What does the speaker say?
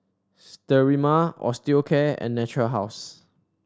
Sterimar Osteocare and Natura House